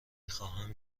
خواهم